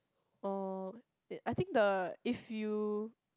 oh I think the if you